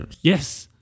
Yes